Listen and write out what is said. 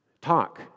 Talk